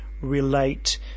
relate